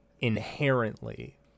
inherently